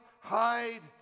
hide